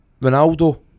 Ronaldo